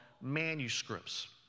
manuscripts